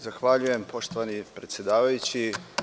Zahvaljujem, poštovani predsedavajući.